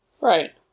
right